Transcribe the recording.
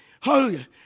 hallelujah